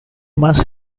mas